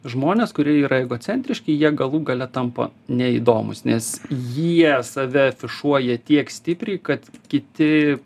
žmonės kurie yra egocentriški jie galų gale tampa neįdomūs nes jie save afišuoja tiek stipriai kad kiti